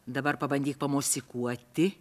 dabar pabandyk pamosikuoti